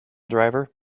driver